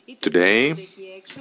today